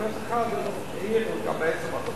העירו לגבי,